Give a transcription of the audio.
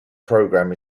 program